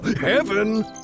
Heaven